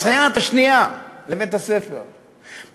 הסייעת השנייה, קייטנות.